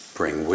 bring